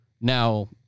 Now